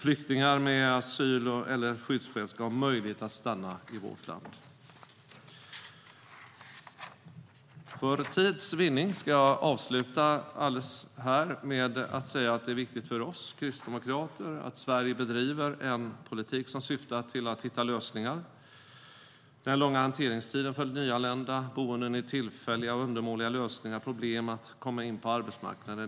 Flyktingar med asyl eller skyddsskäl ska ha möjlighet att stanna i vårt land. För tids vinnande ska jag avsluta med att säga att det är viktigt för oss kristdemokrater att Sverige bedriver en politik som syftar till att hitta lösningar på den långa hanteringstiden för nyanlända, för tillfälliga och undermåliga boenden, för problem att komma in på arbetsmarknaden.